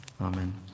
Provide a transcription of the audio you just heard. Amen